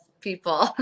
people